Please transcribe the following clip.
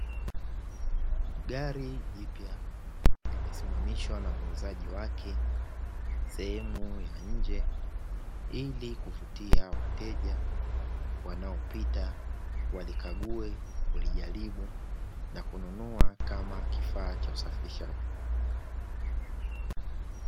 Gari jipya limesimamishwa na muuzaji wake sehemu ya nje ,ili kuvutia wateja wanaopita walikague na kulinunua kama kifaa cha usafirishaji.